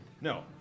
No